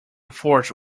force